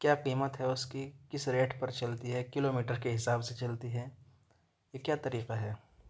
کیا قیمت ہے اُس کی کس ریٹ پر چلتی ہے کلو میٹر کے حساب سے چلتی ہے یہ کیا طریقہ ہے